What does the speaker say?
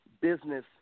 business